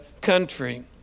country